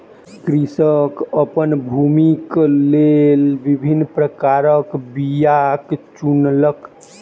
कृषक अपन भूमिक लेल विभिन्न प्रकारक बीयाक चुनलक